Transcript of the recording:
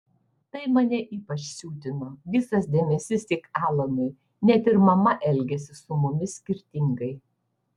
tai mane ypač siutino visas dėmesys tik alanui net ir mama elgėsi su mumis skirtingai